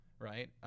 right